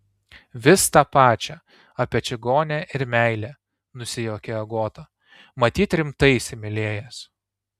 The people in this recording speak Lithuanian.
vis tą pačią apie čigonę ir meilę nusijuokė agota matyt rimtai įsimylėjęs